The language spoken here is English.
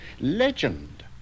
legend